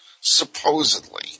supposedly